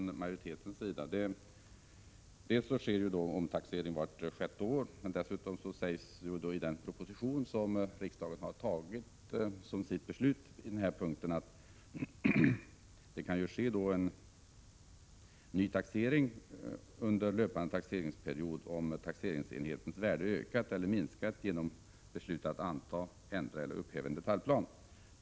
Dels sker omtaxering vart sjätte år, dels har riksdagen fattat ett principbeslut och antagit regeringens proposition på den punkten, där det sägs att ny taxering kan ske under löpande taxeringsperiod, om taxeringsenhetens värde har ökat eller minskat genom beslut att anta, ändra eller upphäva en detaljplan.